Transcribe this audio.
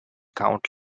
count